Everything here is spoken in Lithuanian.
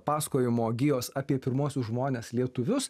pasakojimo gijos apie pirmuosius žmones lietuvius